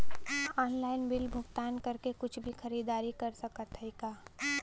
Online bill भुगतान करके कुछ भी खरीदारी कर सकत हई का?